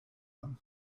him